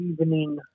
evening